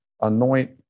anoint